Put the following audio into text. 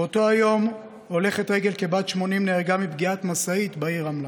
באותו יום הולכת רגל כבת 80 נהרגה מפגיעת משאית בעיר רמלה.